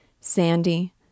Sandy